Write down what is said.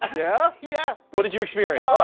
um yeah? yeah. what did you experience?